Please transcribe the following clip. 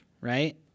right